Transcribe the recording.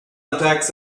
attacks